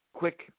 Quick